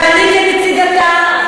ואני כנציגתה,